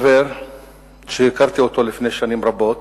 חבר שהכרתי לפני שנים רבות,